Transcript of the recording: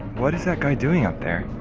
what is that guy doing up there?